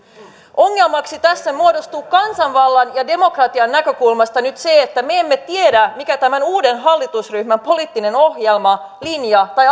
ongelmaksi tässä muodostuu kansanvallan ja demokratian näkökulmasta nyt se että me emme tiedä mikä tämän uuden hallitusryhmän poliittinen ohjelma linja tai